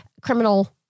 criminal